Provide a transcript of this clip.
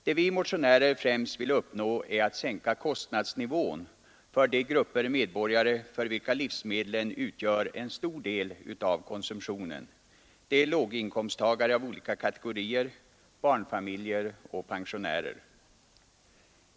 Det vi motionärer främst vill uppnå är att sänka kostnadsnivån för de grupper medborgare för vilka livsmedlen utgör en stor del av konsumtionen: låginkomsttagare av olika kategorier, barnfamiljer och pensionärer.